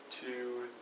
two